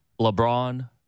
LeBron